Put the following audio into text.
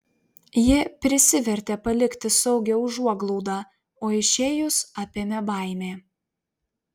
ji prisivertė palikti saugią užuoglaudą o išėjus apėmė baimė